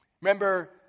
remember